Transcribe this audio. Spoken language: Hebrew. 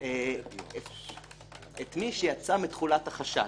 אם יש יסוד להניח שזה בגלל פעולות של החשוד,